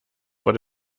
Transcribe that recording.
vor